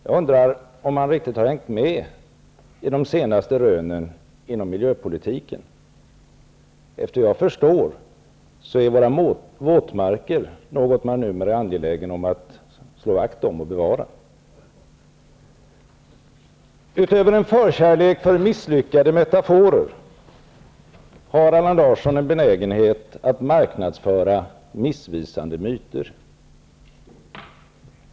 Jag undrar om han riktigt har hängt med i de senaste rönen inom miljöpolitiken. Efter vad jag förstår är våra våtmarker något som man numera är angelägen att slå vakt om och bevara. Utöver en förkärlek för misslyckade metaforer har Allan Larsson en benägenhet att marknadsföra missvisande myter.